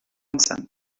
sant